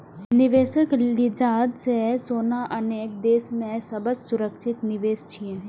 निवेशक लिजाज सं सोना अनेक देश मे सबसं सुरक्षित निवेश छियै